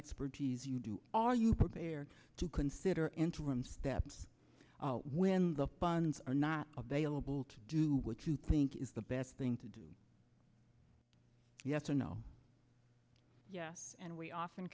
expertise you do are you prepared to consider interim steps when the funds are not available to do what you think is the best thing to do yes or no yes and we often